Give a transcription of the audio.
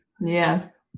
Yes